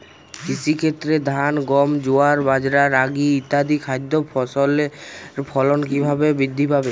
কৃষির ক্ষেত্রে ধান গম জোয়ার বাজরা রাগি ইত্যাদি খাদ্য ফসলের ফলন কীভাবে বৃদ্ধি পাবে?